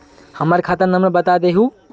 हमर खाता नंबर बता देहु?